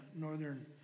northern